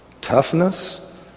toughness